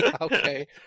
okay